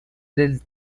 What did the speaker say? del